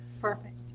Perfect